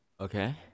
Okay